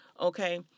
Okay